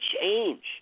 change